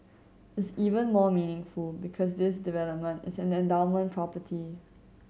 is even more meaningful because this development is an endowment property